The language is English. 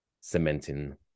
cementing